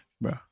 Bro